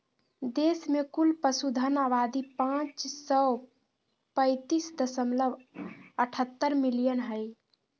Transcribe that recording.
देश में कुल पशुधन आबादी पांच सौ पैतीस दशमलव अठहतर मिलियन हइ